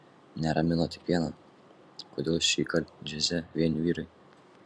neramino tik viena kodėl šįkart džiaze vieni vyrai